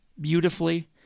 beautifully